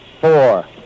four